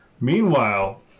Meanwhile